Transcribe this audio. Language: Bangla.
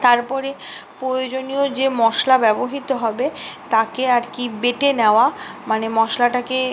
তার পরে প্রয়োজনীয় যে মশলা ব্যবহৃত হবে তাকে আর কি বেটে নেওয়া মানে মশলাটাকে